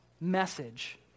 message